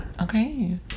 okay